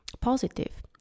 positive